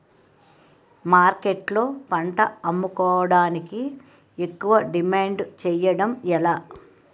మార్కెట్లో పంట అమ్ముకోడానికి ఎక్కువ డిమాండ్ చేయడం ఎలా?